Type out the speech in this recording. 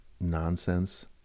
nonsense